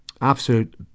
absolute